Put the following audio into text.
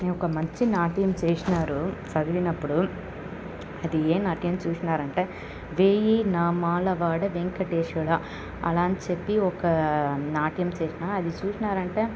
నేను ఒక మంచి నాట్యం చేసినారు చదివినప్పుడు అది ఏ నాట్యం చూసినారంటే వేయీ నామాల వాడ వేంకటేశ్వర అలా అని చెప్పి ఒక నాట్యం చేసిన అది చూసినారంటే